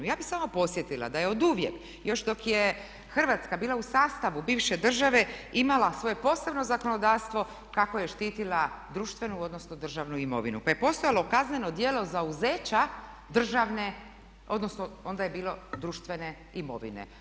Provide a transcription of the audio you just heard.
Ja bih samo podsjetila da je od uvijek još dok je Hrvatska bila u sastavu bivše države imala svoje posebno zakonodavstvo kako je štitila društvenu odnosno državnu imovinu, pa je postojalo kazneno djelo zauzeća državne, odnosno onda je bilo društvene imovine.